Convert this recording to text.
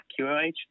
QOH